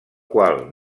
qual